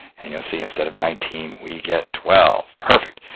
and you'll see instead of nineteen, we get twelve. perfect!